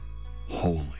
holy